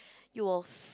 you'll